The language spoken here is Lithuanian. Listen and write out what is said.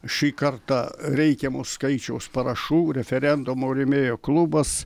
šį kartą reikiamo skaičiaus parašų referendumo rėmėjų klubas